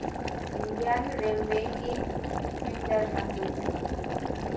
Indian ꯔꯦꯜꯋꯦꯒꯤ Twitter ꯍꯥꯡꯗꯣꯛꯎ